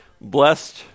Blessed